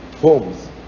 homes